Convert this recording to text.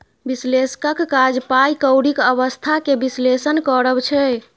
बिश्लेषकक काज पाइ कौरीक अबस्था केँ बिश्लेषण करब छै